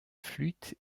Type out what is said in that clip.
flûte